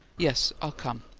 yes, i'll come.